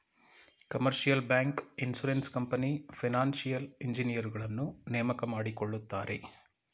commercial bank, insurance company, financial ಇಂಜಿನಿಯರುಗಳನ್ನು ನೇಮಕ ಮಾಡಿಕೊಳ್ಳುತ್ತಾರೆ